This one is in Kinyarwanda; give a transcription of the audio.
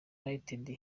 united